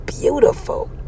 beautiful